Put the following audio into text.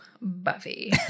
Buffy